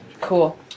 Cool